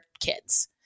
kids